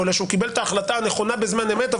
שהוא קיבל את ההחלטה הנכונה בזמן אמת,